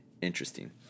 interesting